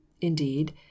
Indeed